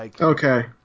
Okay